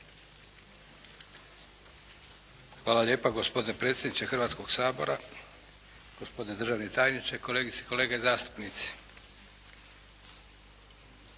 Hvala lijepo gospodine predsjedniče Hrvatskog sabora, gospodine državni tajniče, kolegice i kolege zastupnici.